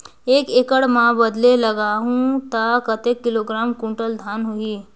एक एकड़ मां बदले लगाहु ता कतेक किलोग्राम कुंटल धान होही?